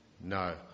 No